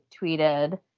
tweeted